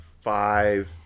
five